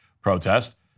protest